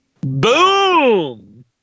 Boom